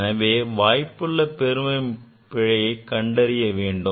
எனவே நாம் வாய்ப்புள்ள பெரும பிழை மதிப்பை கண்டறிய வேண்டும்